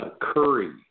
Curry